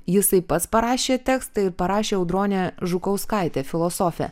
jisai pats parašė tekstą ir parašė audronė žukauskaitė filosofė